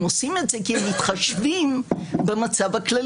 הם עושים את זה כי הם מתחשבים במצב הכללי.